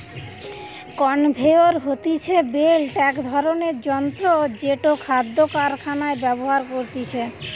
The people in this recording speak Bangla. কনভেয়র হতিছে বেল্ট এক ধরণের যন্ত্র জেটো খাদ্য কারখানায় ব্যবহার করতিছে